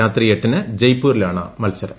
രാത്രി എട്ടിന് ജയ്പൂരിലാണ് മത്സരം